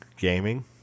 Gaming